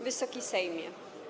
Wysoki Sejmie!